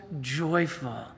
joyful